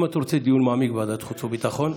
אם אתה רוצה דיון מעמיק בוועדת חוץ וביטחון,